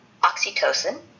oxytocin